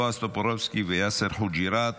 בועז טופורובסקי ויאסר חוג'יראת.